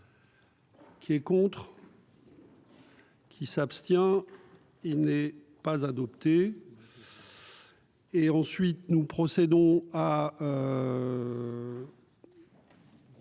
Qui est contre. Qui s'abstient, il n'est pas adopté. Et ensuite, nous procédons.